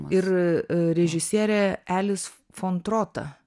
ir režisierė elis fon trota